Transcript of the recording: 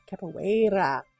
Capoeira